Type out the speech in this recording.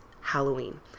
Halloween